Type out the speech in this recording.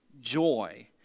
joy